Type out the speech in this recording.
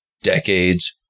decades